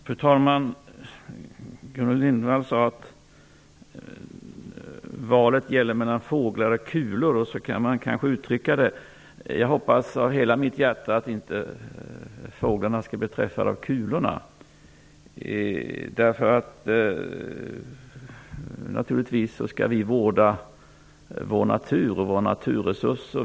Fru talman! Gudrun Lindvall sade att valet gäller mellan fåglar och kulor. Så kan man kanske uttrycka det. Jag hoppas av hela mitt hjärta att inte fåglarna skall bli träffade av kulorna. Vi skall naturligtvis vårda vår natur och våra naturresurser.